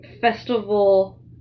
festival